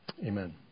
Amen